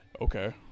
Okay